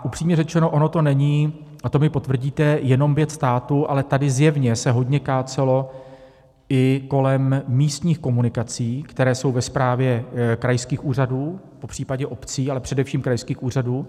Upřímně řečeno, ono to není a to mi potvrdíte jenom věc státu, ale tady zjevně se hodně kácelo i kolem místních komunikací, které jsou ve správě krajských úřadů, popřípadě obcí, ale především krajských úřadů.